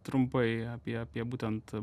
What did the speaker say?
trumpai apie apie būtent